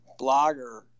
blogger